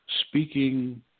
speaking